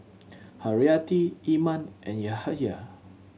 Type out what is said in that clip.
Haryati Iman and Yahaya